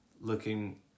looking